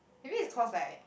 maybe is cause like